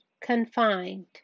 Confined